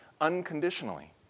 unconditionally